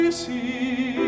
see